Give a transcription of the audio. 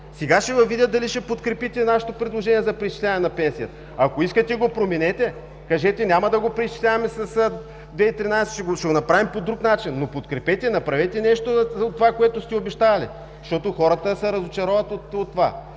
Сега ще Ви видя дали ще подкрепите нашето предложение за преизчисляване на пенсията. Ако искате го променете. Кажете: „Няма да го преизчисляваме с 2,13, ще го направим по друг начин“, но подкрепете, направете нещо от това, което сте обещавали, защото хората се разочароват от това.